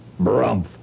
Brumph